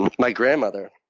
my grandmother.